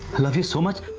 love you so much!